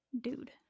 Dude